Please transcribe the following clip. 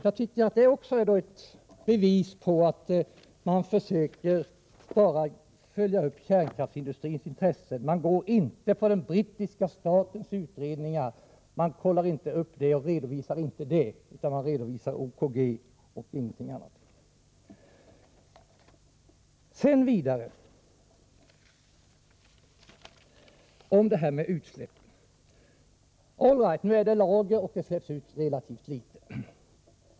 Jag tycker att det också är ett bevis på att man bara försöker följa upp kärnkraftsindustrins intressen. Man går inte in på brittiska statens utredningar. Man kollar inte upp och redovisar dem, utan bara OKG:s uppfattning och ingenting annat förs fram. Vidare om detta med utsläppen: All right, nu finns det lager och det släpps ut relativt litet.